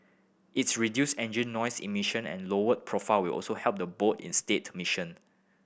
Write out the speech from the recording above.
its reduced engine noise emission and lowered profile will also help the boat in mission